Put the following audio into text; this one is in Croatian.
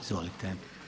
Izvolite.